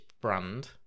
brand